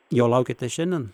jo laukite šiandien